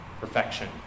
perfection